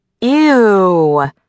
Ew